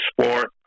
sport